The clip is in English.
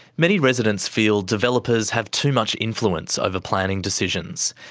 many residents feel developers have too much influence over planning decisions,